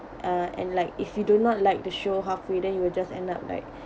uh and like if you do not like the show halfway then you will just end up like